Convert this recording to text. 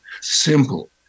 simple